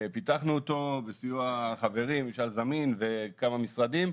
פיתחנו אותו בסיוע חברים, ממשל זמין וכמה משרדים,